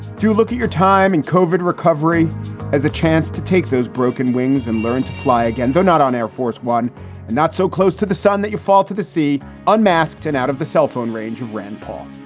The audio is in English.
do look at your time and covid recovery as a chance to take those broken wings and learn to fly again, though not on air force one and not so close to the sun that you fall to the sea unmasked and out of the cell phone range of rand paul.